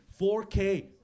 4K